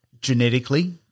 genetically